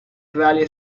rally